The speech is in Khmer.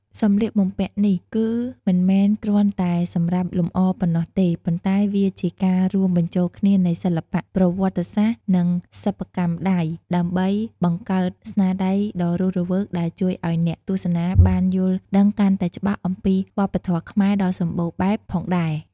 សម្លៀកបំពាក់នេះគឺមិនមែនគ្រាន់តែសម្រាប់លម្អរប៉ុណ្ណោះទេ ប៉ុន្តែវាជាការរួមបញ្ចូលគ្នានៃសិល្បៈ ប្រវត្តិសាស្ត្រ និងសិប្បកម្មដៃ ដើម្បីបង្កើតស្នាដៃដ៏រស់រវើកដែលជួយឱ្យអ្នកទស្សនាបានយល់ដឹងកាន់តែច្បាស់អំពីវប្បធម៌ខ្មែរដ៏សម្បូរបែបផងដែរ ។